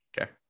Okay